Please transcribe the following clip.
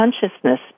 consciousness